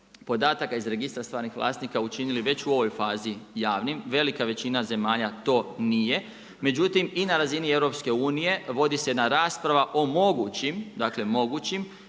podataka iz Registra stvarnih vlasnika učinili već u ovoj fazi javnim, velika većina zemalja to nije. Međutim i na razini EU vodi se jedna rasprava o mogućim, dakle mogućim